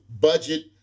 budget